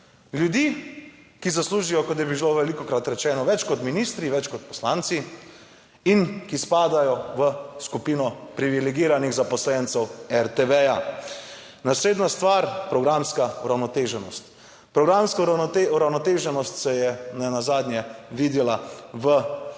ljudi, ki zaslužijo, kot je bilo velikokrat rečeno, več kot ministri, več kot poslanci, in ki spadajo v skupino privilegiranih zaposlencev RTV. Naslednja stvar programska uravnoteženost. Programska uravnoteženost se je ne nazadnje videla v